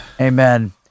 Amen